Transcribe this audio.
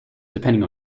depending